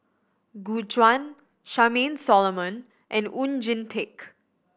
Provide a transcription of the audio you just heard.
Gu Juan Charmaine Solomon and Oon Jin Teik